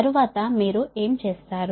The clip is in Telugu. తరువాత మీరు ఏమి చేస్తారు